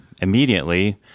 immediately